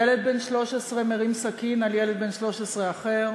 ילד בן 13 מרים סכין על ילד בן 13 אחר,